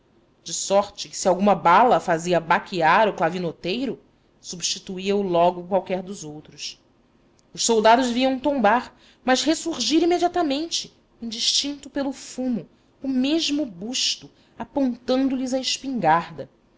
de sorte que se alguma bala fazia baquear o clavinoteiro substituía o logo qualquer dos outros os soldados viam tombar mas ressurgir imediatamente indistinto pelo fumo o mesmo busto apontandolhes a espingarda